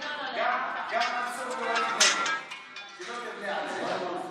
גם מנסור, לא יודע.